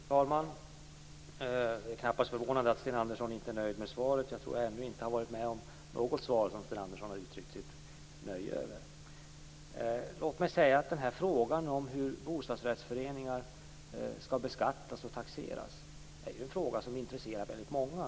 Fru talman! Det är knappast förvånande att Sten Andersson inte är nöjd med svaret. Jag tror att jag ännu aldrig har varit med om att Sten Andersson har varit nöjd med något svar. Frågan om hur bostadsrättsföreningar skall taxeras och beskattas intresserar väldigt många.